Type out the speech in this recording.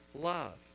love